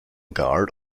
guard